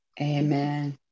Amen